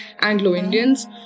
Anglo-Indians